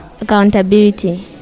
accountability